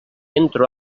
entro